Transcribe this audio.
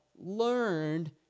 learned